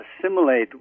assimilate